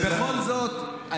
ובכל זאת,